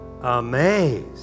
amazed